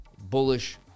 bullish